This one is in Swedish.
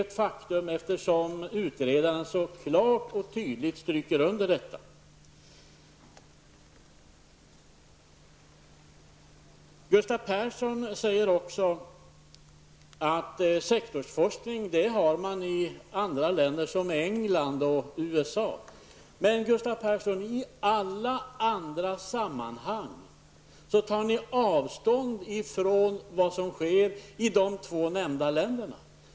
Utredarna stryker klart och tydligt under detta. Gustav Persson säger också att sektorsforskning finns i andra länder som England och USA. Men Gustav Persson, i alla andra sammanhang tar ni avstånd från vad som sker i de två nämnda länderna.